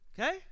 Okay